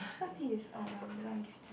what's this oh no this one I give